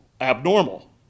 abnormal